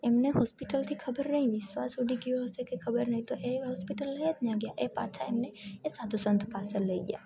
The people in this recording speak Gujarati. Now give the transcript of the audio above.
એમને હોસ્પિટલથી ખબર નહીં વિશ્વાસ ઊડી ગયો હશે કે ખબર નહીં તો એ હોસ્પિટલ લઈ જ ન ગયા એ પાછા એમને એ સાધુ સંત પાસે લઈ ગયા